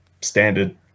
standard